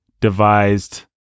devised